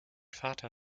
vater